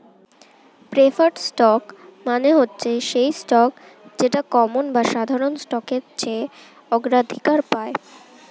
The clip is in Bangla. প্রেফারড স্টক মানে হচ্ছে সেই স্টক যেটা কমন বা সাধারণ স্টকের চেয়ে অগ্রাধিকার পায়